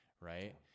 right